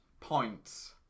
points